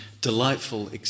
delightful